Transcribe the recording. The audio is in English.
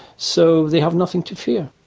so they have nothing to fear.